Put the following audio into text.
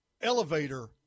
elevator